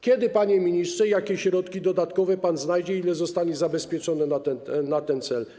Kiedy, panie ministrze, i jakie środki dodatkowe pan znajdzie, ile zostanie zabezpieczone na ten cel?